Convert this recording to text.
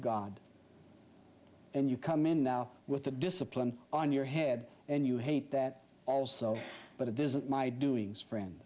god and you come in now with the discipline on your head and you hate that also but it isn't my doings friend